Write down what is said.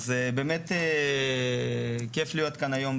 באמת כיף להיות כאן היום.